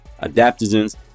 adaptogens